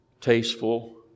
Tasteful